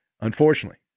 unfortunately